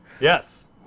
Yes